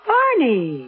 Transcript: Barney